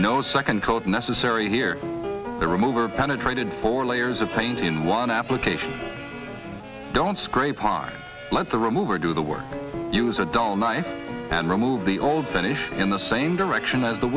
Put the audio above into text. no second coat necessary here the remover penetrated four layers of paint in one application don't scrape on let the remover do the work use a dull knife and remove the old finish in the same direction of the